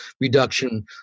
reduction